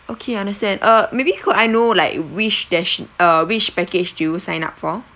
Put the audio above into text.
okay understand uh maybe could I know like which dest~ uh which package did you sign up for